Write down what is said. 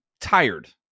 tired